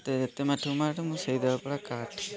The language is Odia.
ମୋତେ ଯେତେ ମାଠିବୁ ମାଠେ ମୁଁ ସେଇ ଦରପୋଡ଼ା କାଠେ